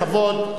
בכבוד,